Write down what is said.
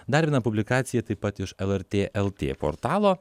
dar viena publikacija taip pat iš lrt lt portalo